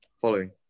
Following